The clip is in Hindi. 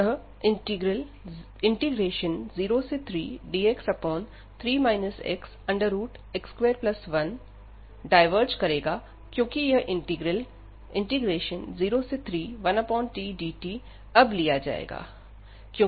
अतः इंटीग्रल 03dx3 xx21 डायवर्ज करेगा क्योंकि यह इंटीग्रल 031tdt अब लिया जाएगा